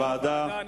כפי שקבעה הוועדה.